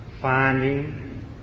finding